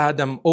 Adam